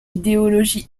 idéologie